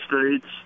states